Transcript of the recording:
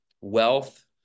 wealth